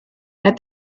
that